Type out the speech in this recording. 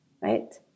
Right